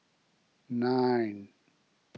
nine